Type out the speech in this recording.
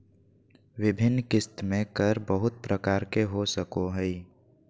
विभिन्न किस्त में कर बहुत प्रकार के हो सको हइ